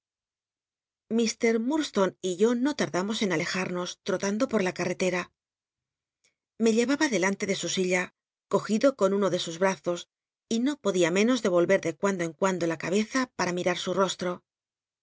ilurdstonc y yo no t udamos en alejamos trotando por la c uretcra lrc lle aba delante de su silla cogido con uno de sus brazos y no podia menos de yoh'cl de cuando en cuando la cabeza para mirar su rostro